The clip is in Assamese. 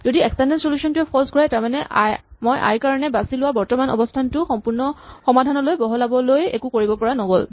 যদি এক্সটেন্ড চলুচ্যন টোৱে ফল্চ ঘূৰায় তাৰমানে মই আই ৰ কাৰণে বাচি লোৱা বৰ্তমানৰ অৱস্হানটো সম্পূৰ্ণ সমাধানলৈ বহলাবলৈ একো কৰিব পৰা নগ'ল